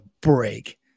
break